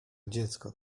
dziecko